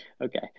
okay